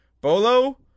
Bolo